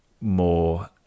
more